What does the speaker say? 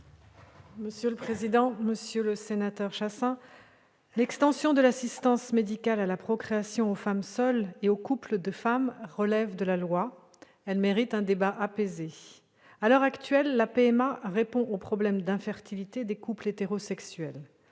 des personnes handicapées. L'extension de l'assistance médicale à la procréation aux femmes seules et aux couples de femmes relève de la loi. Elle mérite un débat apaisé. À l'heure actuelle, la PMA répond aux problèmes d'infertilité des couples hétérosexuels.